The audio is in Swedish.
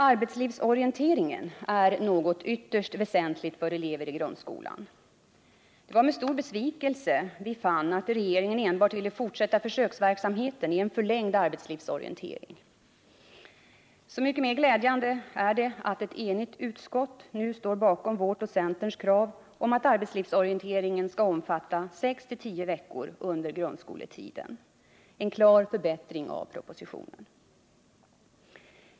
Arbetslivsorienteringen är någonting ytterst väsentligt för elever i grundskolan. Det var med stor besvikelse vi fann att regeringen enbart ville fortsätta försöksverksamheten med en förlängd arbetslivsorientering. Så mycket mera glädjande är det att ett enigt utskott nu står bakom vårt och centerns krav på att arbetslivsorienteringen skall omfatta 6-10 veckor under grundskoletiden. En klar förbättring av propositionen!